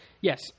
Yes